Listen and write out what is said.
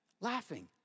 Laughing